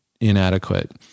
inadequate